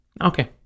okay